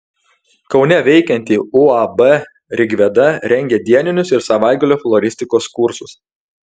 kaune veikianti uab rigveda rengia dieninius ir savaitgalio floristikos kursus